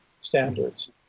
standards